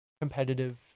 competitive